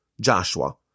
Joshua